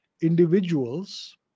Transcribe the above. individuals